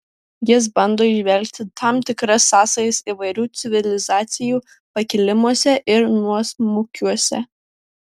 jis bando įžvelgti tam tikras sąsajas įvairių civilizacijų pakilimuose ir nuosmukiuose